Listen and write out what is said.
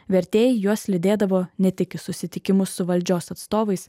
vertėjai juos lydėdavo ne tik į susitikimus su valdžios atstovais